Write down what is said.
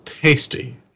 Tasty